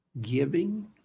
giving